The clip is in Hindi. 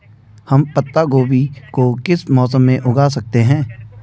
हम पत्ता गोभी को किस मौसम में उगा सकते हैं?